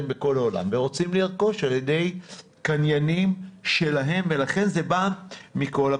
בכל העולם והם רוצים לרכוש על ידי קניינים שלהם ולכן זה בא מכל הפינות.